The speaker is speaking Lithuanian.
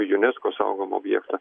į junesko saugomą objektą